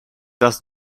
does